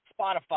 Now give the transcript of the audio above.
Spotify